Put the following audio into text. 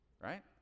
right